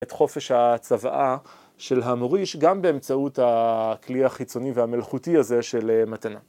את חופש הצוואה של המוריש גם באמצעות הכלי החיצוני והמלאכותי הזה של מתנה.